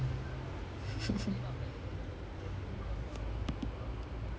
ya actually not bad eh they went to the D_F_B bookout final then they lost to